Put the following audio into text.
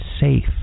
safe